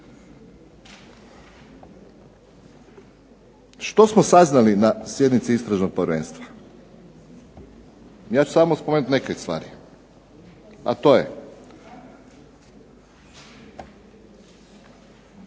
Što smo saznali na sjednici Istražnog povjerenstva? Ja ću samo spomenuti neke stvari, a to je